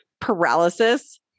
paralysis